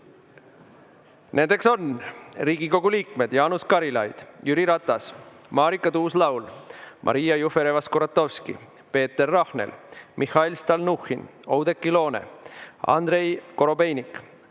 Nendeks on Riigikogu liikmed Jaanus Karilaid, Jüri Ratas, Marika Tuus-Laul, Maria Jufereva-Skuratovski, Peeter Rahnel, Mihhail Stalnuhhin, Oudekki Loone, Andrei Korobeinik,